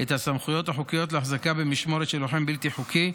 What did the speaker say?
את הסמכויות החוקיות להחזקה במשמורת של לוחם בלתי חוקי,